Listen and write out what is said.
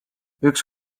üks